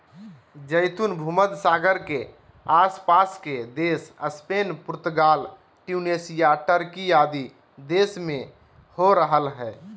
जैतून भूमध्य सागर के आस पास के देश स्पेन, पुर्तगाल, ट्यूनेशिया, टर्की आदि देश में हो रहल हई